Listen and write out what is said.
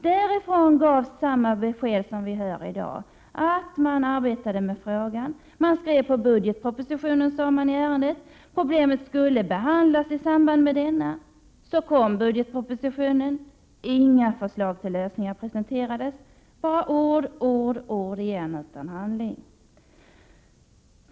Där gavs samma besked som här i dag, nämligen att man arbetade med frågan, att man skrev på budgetpropositionen och att problemet skulle behandlas i samband med denna. Så kom budgetpropositionen, men inga förslag till lösningar presenterades — det var bara ord och ord utan handling.